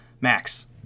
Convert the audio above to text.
max